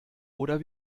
oder